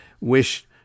wish